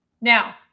now